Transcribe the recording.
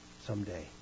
someday